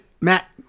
Matt